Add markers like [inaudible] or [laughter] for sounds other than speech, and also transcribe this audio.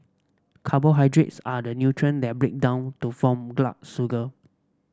carbohydrates are the nutrient that break down to form [unintelligible] sugar